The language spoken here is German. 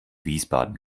wiesbaden